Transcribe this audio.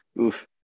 Oof